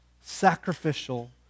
sacrificial